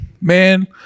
man